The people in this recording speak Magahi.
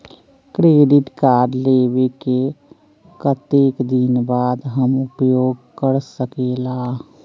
क्रेडिट कार्ड लेबे के कतेक दिन बाद हम उपयोग कर सकेला?